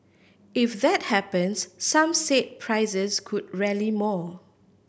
if that happens some said prices could rally more